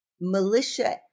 militia